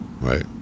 Right